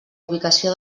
ubicació